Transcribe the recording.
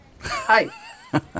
Hi